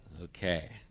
Okay